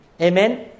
Amen